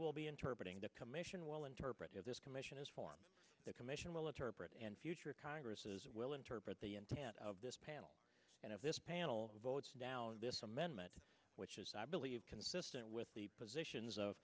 will be interpreting the commission will interpret this commission is formed the commission military brit and future congresses will interpret the intent of this panel and if this panel votes down this amendment which is i believe consistent with the positions of